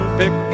pick